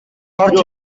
орж